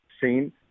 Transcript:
seen